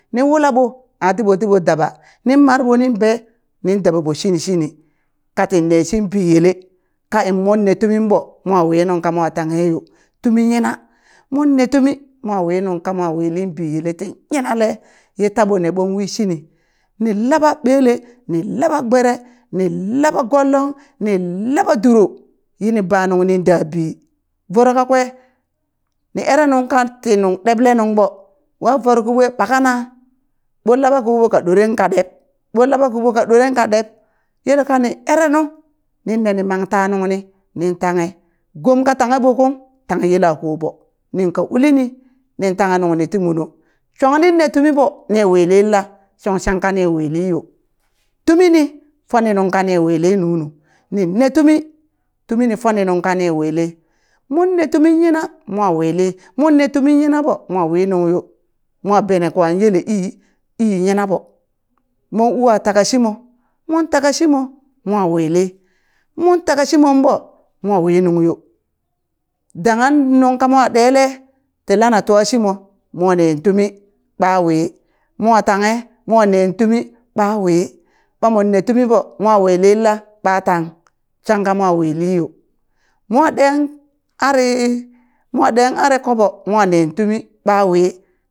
Ni wula ɓo a tiɓo tiɓo daba nin marɓo nin be nin dababo shini shini katin neshi biyele ka inmon ne tuminmo mo wi nungka mo tanghe yo tumi yina mon ne tumi mo wi nungka mo wilin biyele ti nyinale ye taɓo ne ɓon wishini ni laɓa ɓele ni laɓa gbere ni laɓa gonglong ni laɓa duro, yini ba nungnin da bi voro kakwe ni ere nunka ti nung ɗeble nungɓo wa voro ki ɓwe ɓakana ɓon laɓa kiɓo ka ɗoren ka ɗeb ɓon laɓa kiɓo ka ɗoren ka ɗeb yel kani erenu ninne ni mangta nungni nin tanghe gom ka tangheɓo kung tang yelakoɓo ninka ulini nin tanghe nuni ti muno shong ninne tumin ɓo ni wilin la? shong shangka ni wiliyo tumini foni nunka ni wili nunu nine tumi tumini foni nungka ni wili monne tumi yina mo wili monne tumi yinɓo mo wi nungyo mo bene kwa yele ii, ii yinaɓo mon u'a taka shimo mon taka shimo mo willi mon taka shimonɓo mo wi nungyo, danghan nungka mo ɗele ti lana twa shimo mo neen tumi ɓa wi mo tanghe mo nen tumi ɓawi ɓa mon ne tuminɓo mowi linla ɓa tang, shangka mo wiliyo mo ɗen ari mo ɗen ari koɓo mo nen tumi ɓa wi